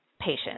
patient